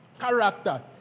Character